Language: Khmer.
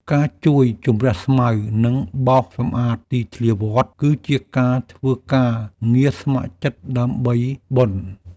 ការជួយជម្រះស្មៅ និងបោសសម្អាតទីធ្លាវត្ត គឺជាការធ្វើការងារស្ម័គ្រចិត្តដើម្បីបុណ្យ។